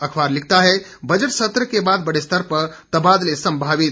अखबार लिखता है बजट सत्र के बाद बड़े स्तर पर तबादले संभावित